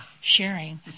sharing